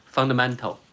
Fundamental